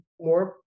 more